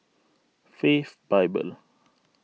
Faith Bible